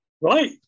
Right